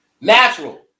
Natural